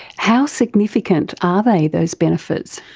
how significant are they, those benefits?